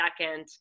second